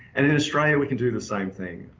and in australia we can do the same thing.